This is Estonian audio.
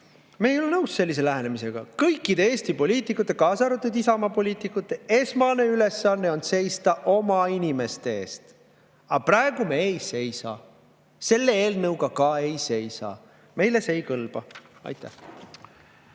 ei ole nõus sellise lähenemisega. Kõikide Eesti poliitikute, kaasa arvatud Isamaa poliitikute esmane ülesanne on seista oma inimeste eest. Aga praegu me ei seisa, selle eelnõuga ka ei seisa. Meile see ei kõlba. Aitäh!